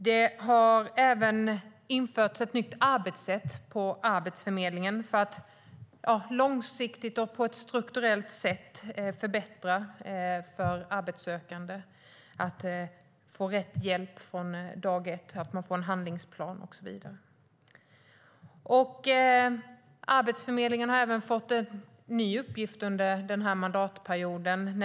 Det har även införts ett nytt arbetssätt på Arbetsförmedlingen för att långsiktigt och strukturellt förbättra för arbetssökande så att de får rätt hjälp från dag ett, en handlingsplan och så vidare. Arbetsförmedlingen har även fått en ny uppgift under denna mandatperiod.